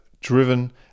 driven